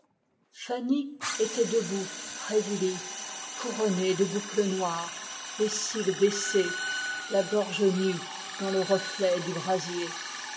fanny était debout près du lit couronnée de boucles noires les cils baissés la gorge nue dans le reflet du brasier